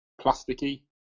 plasticky